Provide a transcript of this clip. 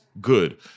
Good